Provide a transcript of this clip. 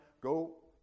go